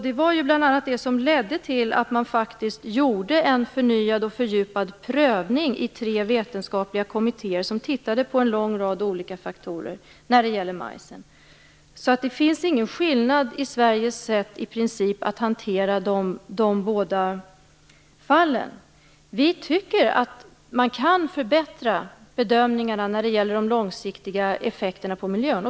Det var bl.a. det som ledde till att man faktiskt gjorde en förnyad och fördjupad prövning i tre vetenskapliga kommittéer som tittade på en lång rad olika faktorer när det gäller majsen. I princip finns det ingen skillnad i Sveriges sätt att hantera de båda fallen. Vi tycker att man kan förbättra bedömningarna när det gäller de långsiktiga effekterna på miljön.